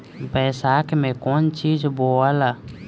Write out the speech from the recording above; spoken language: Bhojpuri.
बैसाख मे कौन चीज बोवाला?